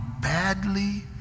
badly